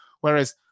whereas